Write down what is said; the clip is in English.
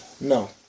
No